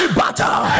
battle